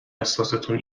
احساستون